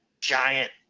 giant